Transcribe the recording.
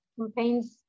campaigns